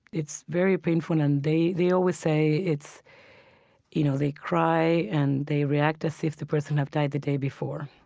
it's very painful and they they always say it's you know, they cry and they react as if the person had died the day before.